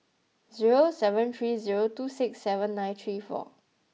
zero seven three zero two six seven nine three four